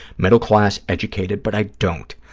middle class, educated, but i don't.